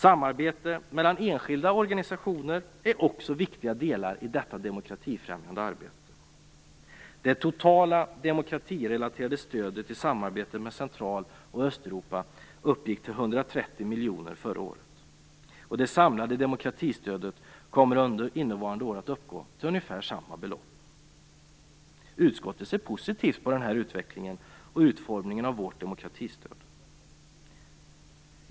Samarbete mellan enskilda organisationer är också viktiga delar i detta demokratifrämjande arbete. Det totala demokratirelaterade stödet i samarbetet med Central och Östeuropa uppgick till 130 miljoner förra året. Det samlade demokratistödet kommer under innevarande år att uppgå till ungefär samma belopp. Utskottet ser positivt på den här utvecklingen och utformningen av vårt demokratistöd.